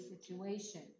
situation